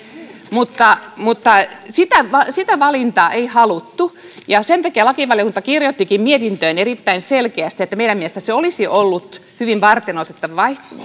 tunnustanut lapsen mutta sitä sitä valintaa ei haluttu ja sen takia lakivaliokunta kirjoittikin mietintöön erittäin selkeästi että meidän mielestämme se olisi ollut hyvin varteenotettava